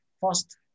first